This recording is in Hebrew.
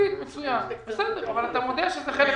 מדובר בקהילה שהוכרה